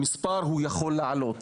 המספר יכול לעלות,